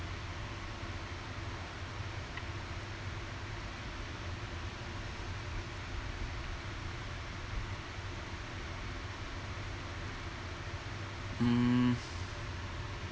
mm